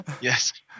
Yes